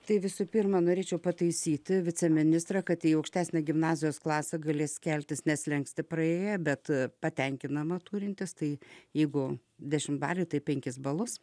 tai visų pirma norėčiau pataisyti viceministrą kad į aukštesnę gimnazijos klasę galės keltis ne slenkstį praėję bet patenkinamą turintis tai jeigu dešimtbalėj tai penkis balus